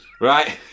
right